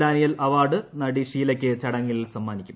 Daniel award നടി ഷീലയ്ക്ക് ചടങ്ങിൽ സമ്മാനിക്കും